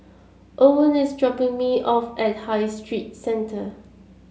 Owen is dropping me off at High Street Center